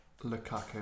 Lukaku